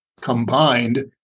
combined